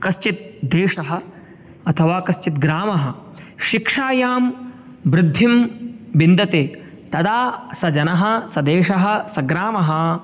कश्चित् देशः अथवा कश्चित् ग्रामः शिक्षायां वृद्धिं विन्दते तदा सः जनः सः देशः सः ग्रामः